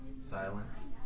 silence